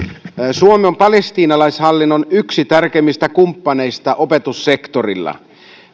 suomi on palestiinalaishallinnon yksi tärkeimmistä kumppaneista opetussektorilla